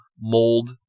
mold